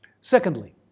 Secondly